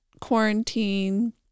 quarantine